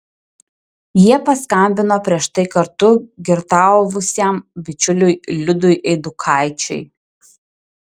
jie paskambino prieš tai kartu girtavusiam bičiuliui liudui eidukaičiui